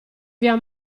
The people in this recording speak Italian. via